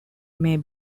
may